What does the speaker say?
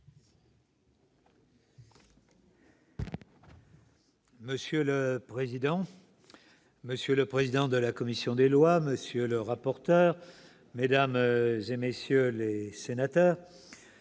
Monsieur le président, monsieur le président de la commission des lois, monsieur le rapporteur, mesdames, messieurs les sénateurs,